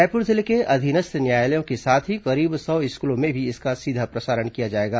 रायपुर जिले के अधीनस्थ न्यायालयों के साथ ही करीब सौ स्कूलों में भी इसका सीधा प्रसारण किया जाएगा